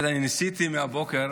אני ניסיתי מהבוקר